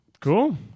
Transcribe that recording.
cool